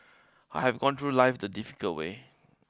I have gone through life the difficult way